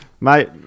Mate